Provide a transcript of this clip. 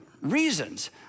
reasons